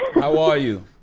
how are you.